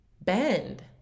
bend